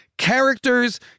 Characters